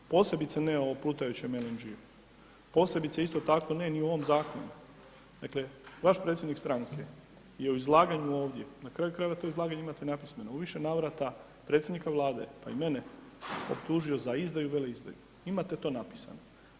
Posebice ne o plutajućem LNG-u, posebice isto tako ne ni u novom zakonu, dakle vaš predsjednik stranke je u izlaganju ovdje, na kraju krajeva to izlaganje imate napismeno, u više navrata predsjednika Vlade, pa i mene optužio za izdaju, veleizdaju, imate to napisano.